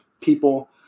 people